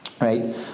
Right